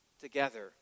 together